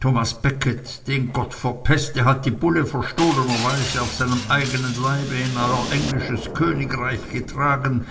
thomas becket den gott verpeste hat die bulle verstohlenerweise auf seinem eigenen leibe in euer englisches königreich getragen